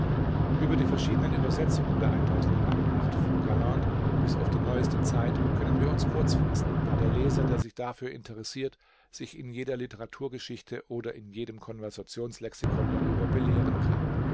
über die verschiedenen übersetzungen der nacht von galland bis auf die neueste zeit können wir uns kurz fassen da der leser der sich dafür interessiert sich in jeder literaturgeschichte oder in jedem konversationslexikon darüber belehren kann